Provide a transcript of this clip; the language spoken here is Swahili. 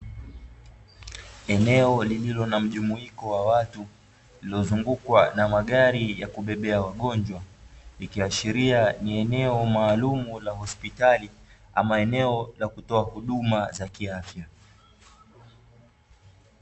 Eneo lililo na mjumuiko wa watu, lililozungukwa na magari ya kubebea wagonjwa, ikiashiria ni eneo maalumu la hospitali ama eneo la kutoa huduma za kiafya.